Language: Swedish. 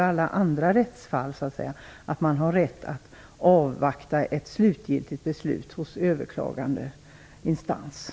I alla andra rättsfall har man ju rätt att avvakta ett slutgiltigt beslut från överklagansinstansen.